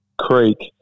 Creek